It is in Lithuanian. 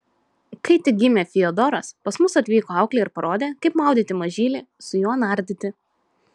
kai tik gimė fiodoras pas mus atvyko auklė ir parodė kaip maudyti mažylį su juo nardyti